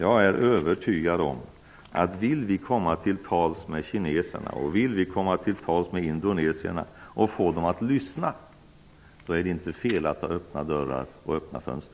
Jag är övertygad om att om vi vill komma till tals med kineserna och idonesierna och få dem att lyssna är det inte fel att ha öppna dörrar och fönster.